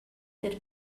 ter